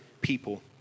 people